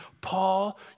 Paul